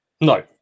No